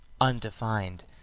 undefined